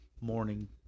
morning